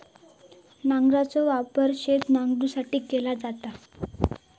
नांगराचो वापर शेत नांगरुसाठी केलो जाता